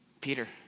Peter